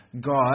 God